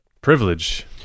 privilege